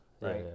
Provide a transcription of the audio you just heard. Right